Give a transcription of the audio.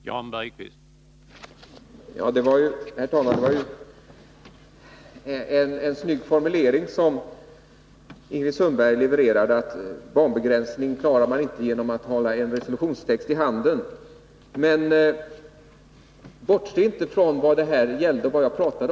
Herr talman! Det var ju en snygg formulering som Ingrid Sundberg levererade, att barnbegränsning klarar man inte genom att hålla en resolutionstext i handen. Men bortse inte från vad saken gällde!